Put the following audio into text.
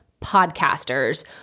podcasters